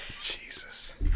Jesus